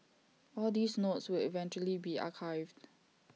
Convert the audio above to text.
all these notes will eventually be archived